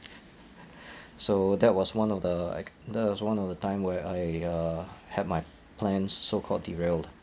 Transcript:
so that was one of the act~ that was one of the time where I uh had my plans so called derailed